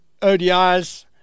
ODIs